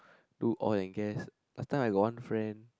do all engaged last time I got one friend